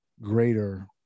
greater